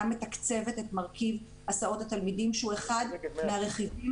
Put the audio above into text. מתקצבת את מרכיב הסעות התלמידים שהוא אחד מהרכיבים